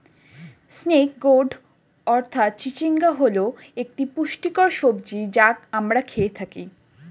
snake gourd অর্থাৎ চিচিঙ্গা হল একটি পুষ্টিকর সবজি যা আমরা খেয়ে থাকি